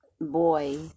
boy